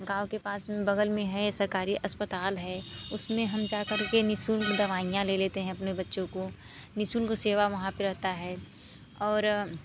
गाँव के पास में बगल में है सरकारी अस्पताल है उसमें हम जाकर के नि शुल्क दवाइयाँ ले लेते हैं अपने बच्चों को नि शुल्क सेवा वहाँ पर रहता है और